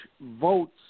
votes